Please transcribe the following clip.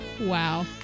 wow